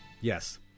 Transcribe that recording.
Yes